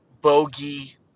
Bogey